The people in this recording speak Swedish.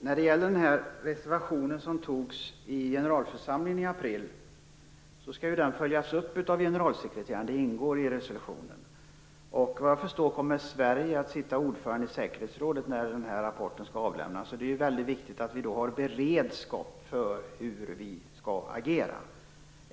Fru talman! Den reservation som antogs i generalförsamlingen i april skall följas upp av generalsekreteraren. Det ingår i resolutionen. Vad jag förstår kommer Sverige att vara ordförande i säkerhetsrådet när rapporten skall avlämnas. Därför är det väldigt viktigt att vi då har beredskap för hur vi skall agera.